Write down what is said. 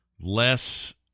less